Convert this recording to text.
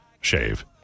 shave